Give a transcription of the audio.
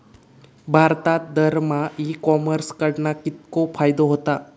भारतात दरमहा e commerce कडणा कितको फायदो होता?